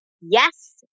Yes